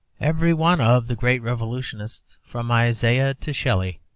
every one of the great revolutionists, from isaiah to shelley,